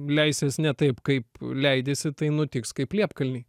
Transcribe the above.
leisies ne taip kaip leidiesi tai nutiks kaip liepkalny